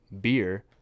beer